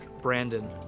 Brandon